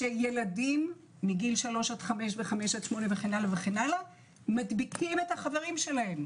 שילדים מגילאים 3 עד 5 ו-5 עד 8 וכן הלאה מדביקים את החברים שלהם.